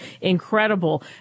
incredible